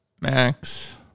Max